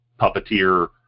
puppeteer